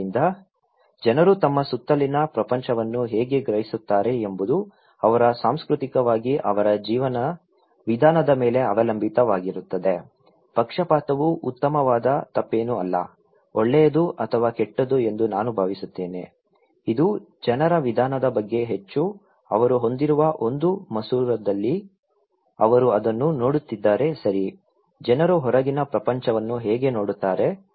ಆದ್ದರಿಂದ ಜನರು ತಮ್ಮ ಸುತ್ತಲಿನ ಪ್ರಪಂಚವನ್ನು ಹೇಗೆ ಗ್ರಹಿಸುತ್ತಾರೆ ಎಂಬುದು ಅವರ ಸಾಂಸ್ಕೃತಿಕವಾಗಿ ಅವರ ಜೀವನ ವಿಧಾನದ ಮೇಲೆ ಅವಲಂಬಿತವಾಗಿರುತ್ತದೆ ಪಕ್ಷಪಾತವು ಉತ್ತಮವಾದ ತಪ್ಪೇನೂ ಅಲ್ಲ ಒಳ್ಳೆಯದು ಅಥವಾ ಕೆಟ್ಟದು ಎಂದು ನಾನು ಭಾವಿಸುತ್ತೇನೆ ಇದು ಜನರ ವಿಧಾನದ ಬಗ್ಗೆ ಹೆಚ್ಚು ಅವರು ಹೊಂದಿರುವ ಒಂದು ಮಸೂರದಲ್ಲಿ ಅವರು ಅದನ್ನು ನೋಡುತ್ತಿದ್ದಾರೆ ಸರಿ ಜನರು ಹೊರಗಿನ ಪ್ರಪಂಚವನ್ನು ಹೇಗೆ ನೋಡುತ್ತಾರೆ